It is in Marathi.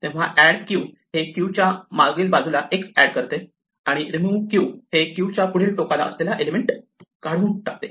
तेव्हा ऍड q हे क्यू च्या मागील बाजूला x एड करते आणि रिमूव q हे क्यू च्या पुढील टोकाला असलेला एलिमेंट काढून टाकते